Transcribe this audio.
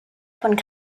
von